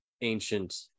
ancient